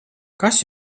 kas